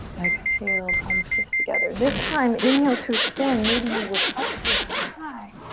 exhale, palms kiss together. this time, inhale to expand. maybe you look up towards the sky.